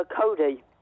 Cody